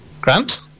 Grant